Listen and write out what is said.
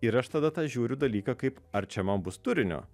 ir aš tada tą žiūriu dalyką kaip ar čia man bus turinio